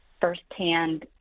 first-hand